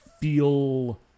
feel